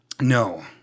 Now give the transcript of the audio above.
No